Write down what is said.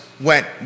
went